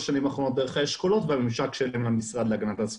בשנים האחרונות דרך האשכולות והממשק שלהם למשרד להגנת הסביבה.